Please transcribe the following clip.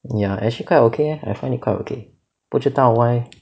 ya actually quite okay eh I find it quite okay 不知道 why